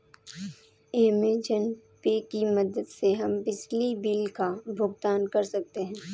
Amazon Pay की मदद से हम बिजली बिल का भुगतान कर सकते हैं